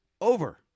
over